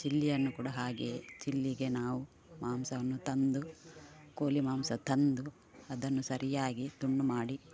ಚಿಲ್ಲಿಯನ್ನು ಕೂಡ ಹಾಗೆಯೇ ಚಿಲ್ಲಿಗೆ ನಾವು ಮಾಂಸವನ್ನು ತಂದು ಕೋಳಿ ಮಾಂಸ ತಂದು ಅದನ್ನು ಸರಿಯಾಗಿ ತುಂಡು ಮಾಡಿ